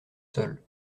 sol